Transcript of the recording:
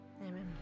Amen